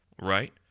Right